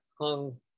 hung